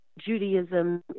Judaism